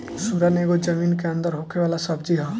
सुरन एगो जमीन के अंदर होखे वाला सब्जी हअ